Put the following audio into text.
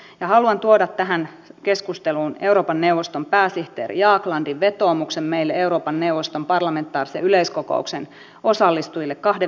ja haluan tuoda tähän keskusteluun euroopan neuvoston pääsihteerin jaglandin vetoomuksen meille euroopan neuvoston parlamentaarisen yleiskokouksen osallistujille kahden viikon takaa